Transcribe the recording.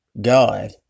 God